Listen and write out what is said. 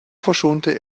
verschonte